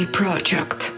project